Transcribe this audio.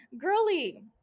girly